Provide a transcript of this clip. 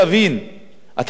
אתה לא יכול להמשיך להגיד,